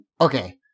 Okay